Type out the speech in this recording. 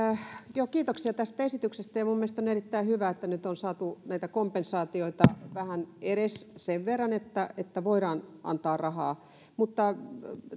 joo kiitoksia tästä esityksestä minun mielestäni on erittäin hyvä että nyt on saatu näitä kompensaatioita vähän edes sen verran että että voidaan antaa rahaa mutta